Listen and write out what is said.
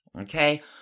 Okay